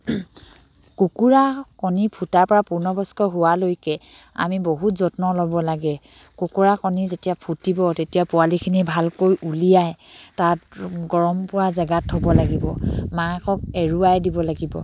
কুকুৰা কণী ফুটাৰ পৰা পূৰ্ণবয়স্ক হোৱালৈকে আমি বহুত যত্ন ল'ব লাগে কুকুৰা কণী যেতিয়া ফুটিব তেতিয়া পোৱালিখিনি ভালকৈ উলিয়াই তাত গৰম পোৱা জেগাত থ'ব লাগিব মাকক এৰুৱাই দিব লাগিব